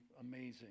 amazing